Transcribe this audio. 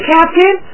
Captain